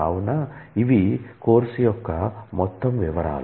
కావున ఇవి కోర్సు యొక్క మొత్తం వివరాలు